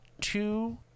two